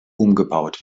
umgebaut